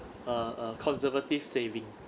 a a conservative saving